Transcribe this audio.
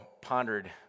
pondered